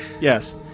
yes